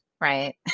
right